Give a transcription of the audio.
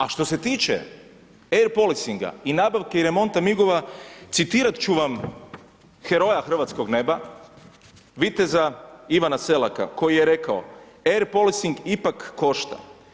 A što se tiče air policinga i nabave i remonta MIG-ova, citirat ću vam heroja hrvatskog neba viteza Ivana Selaka koji je rekao: Air policing ipak košta.